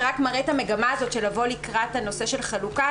שרק מראה את המגמה הזאת של לבוא לקראת הנושא של חלוקה,